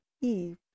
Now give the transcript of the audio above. Eve